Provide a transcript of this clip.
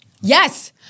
Yes